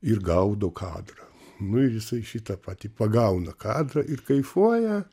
ir gaudo kadrą nu ir jisai šitą patį pagauna kadrą ir kaifuoja